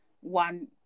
one